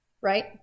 Right